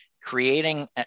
creating